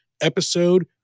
Episode